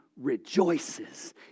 rejoices